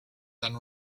then